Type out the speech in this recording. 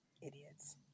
idiots